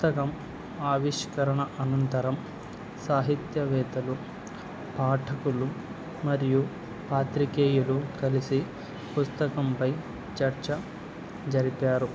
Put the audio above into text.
పుస్తకం ఆవిష్కరణ అనంతరం సాహిత్యవేతలు పాఠకులు మరియు పాత్రికేయులు కలిసి పుస్తకంపై చర్చ జరిపారు